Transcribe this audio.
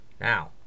now